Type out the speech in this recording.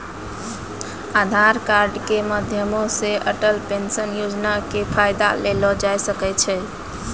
आधार कार्ड के माध्यमो से अटल पेंशन योजना के फायदा लेलो जाय सकै छै